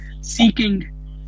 seeking